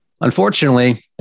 Unfortunately